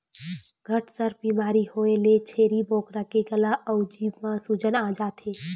घटसर्प बेमारी होए ले छेरी बोकरा के गला अउ जीभ म सूजन आ जाथे